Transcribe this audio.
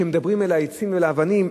שמדברים אל העצים והאבנים,